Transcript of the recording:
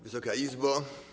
Wysoka Izbo!